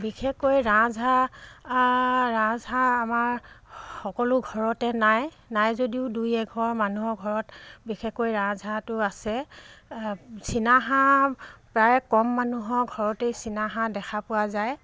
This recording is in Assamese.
বিশেষকৈ ৰাজহাঁহ ৰাজহাঁহ আমাৰ সকলো ঘৰতে নাই নাই যদিও দুই এঘৰ মানুহৰ ঘৰত বিশেষকৈ ৰাজহাঁহটো আছে চীনাহাঁহ প্ৰায় কম মানুহৰ ঘৰতেই চীনাহাঁহ দেখা পোৱা যায়